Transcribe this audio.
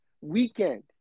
weekend